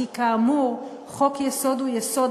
כי כאמור חוק-יסוד הוא יסוד,